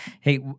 Hey